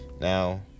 Now